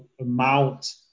amount